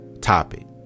topic